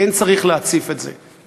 כן צריך להציף את זה,